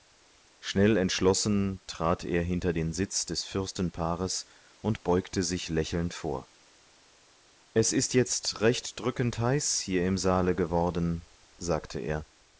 schnell entschlossen trat er hinter den sitz des fürstenpaares und beugte sich lächelnd vor es ist jetzt recht drückend heiß hier im saale geworden sagte er